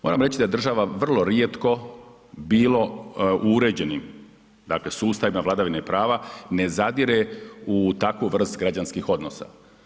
Moram reći da država vrlo rijetko bilo u uređenim dakle sustavima vladavine prava, ne zadire u takvu vrstu građanskih odnosa.